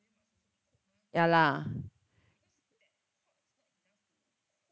ya lah